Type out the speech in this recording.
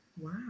Wow